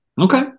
Okay